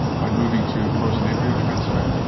by moving to frozen embryo transfer.